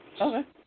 Okay